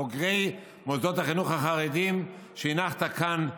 על בוגרי מוסדות החינוך החרדיים שהנחת כאן